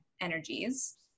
energies